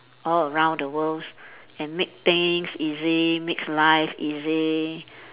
all around the worlds and make things easy makes life easy